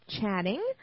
chatting